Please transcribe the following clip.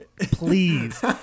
please